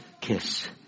kiss